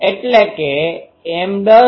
એટલે કે m૦